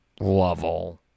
level